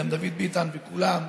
גם דוד ביטן וכולם,